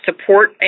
support